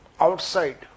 outside